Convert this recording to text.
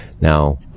Now